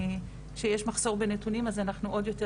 וכשיש מחסור בנתונים אז אנחנו עוד יותר